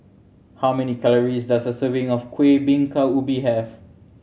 how many calories does a serving of Kuih Bingka Ubi have